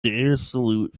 irresolute